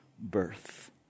birth